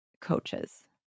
coaches